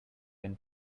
than